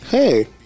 Hey